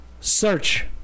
Search